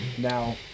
Now